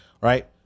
right